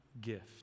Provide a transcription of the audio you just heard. gift